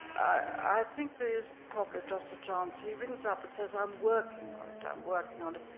i think there's probably just a chance. he rings up and says, i'm working on it. i'm working on it.